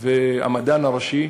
והמדען הראשי,